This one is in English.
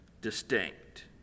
distinct